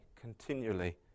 continually